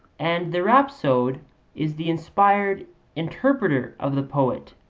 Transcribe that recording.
and the rhapsode is the inspired interpreter of the poet,